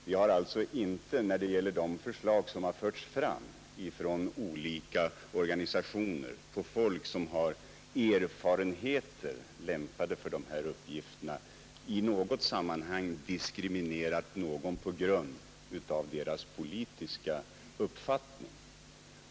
Vi har alltså inte när det gäller de förslag som förts fram från olika organisationer på folk som har erfarenheter, lämpade för de här uppgifterna, i något sammanhang diskriminerat någon på grund av vederbörandes politiska uppfattning.